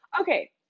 Okay